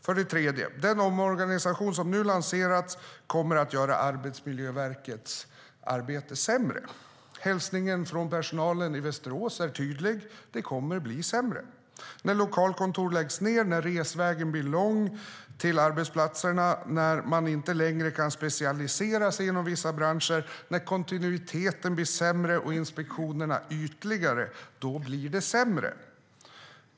För det tredje: Den omorganisation som nu lanserats kommer att göra Arbetsmiljöverkets arbete sämre. Hälsningen från personalen i Västerås är tydlig: Det kommer att bli sämre. När lokalkontor läggs ned, när resvägen blir lång till arbetsplatserna, när man inte längre kan specialisera sig inom vissa branscher, när kontinuiteten blir sämre och inspektionerna ytligare, då blir det sämre.